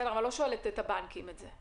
אבל אני לא שואלת את הבנקים על זה,